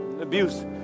abuse